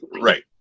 Right